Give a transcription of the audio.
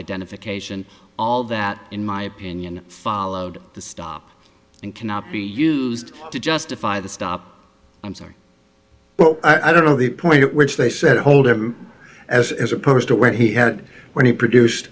identification all that in my opinion followed the stop and cannot be used to justify the stop i'm sorry i don't know the point at which they said holder is a curse to where he had when he produced